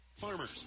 Farmers